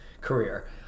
career